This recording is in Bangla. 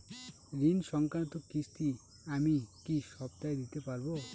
ঋণ সংক্রান্ত কিস্তি আমি কি সপ্তাহে দিতে পারবো?